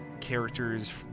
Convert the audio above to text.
characters